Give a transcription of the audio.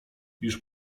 już